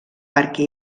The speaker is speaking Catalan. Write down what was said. perquè